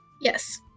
Yes